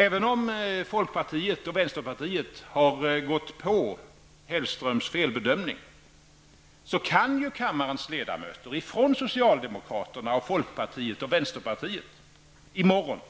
Även om folkpartiet och vänsterpartiet har ''gått på'' Hellströms felbedömning, så kan ju kammarens ledamöter från socialdemokraterna, folkpartiet och vänsterpartiet i morgon